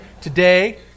today